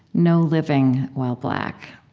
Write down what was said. no living while black.